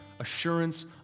assurance